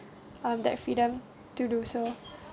um that freedom to do so